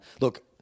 Look